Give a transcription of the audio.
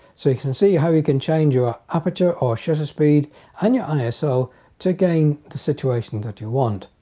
so you can see how you can change your aperture or shutter speed and your iso to gain the situation that you want.